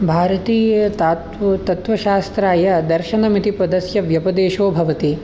भारतीयतात्व् तत्त्वशास्त्राय दर्शनमिति पदस्य व्यपदेशो भवति